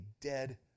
dead